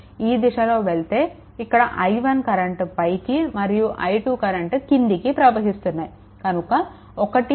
ఈ దిశలో వెళ్తే ఇక్కడ i1 కరెంట్ పైకి మరియు i2 కరెంట్ క్రిందికి ప్రవహిస్తున్నాయి కనుక 1 0